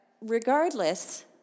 regardless